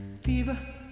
Fever